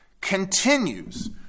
continues